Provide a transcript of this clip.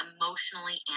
emotionally